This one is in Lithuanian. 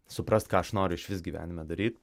suprast ką aš noriu išvis gyvenime daryt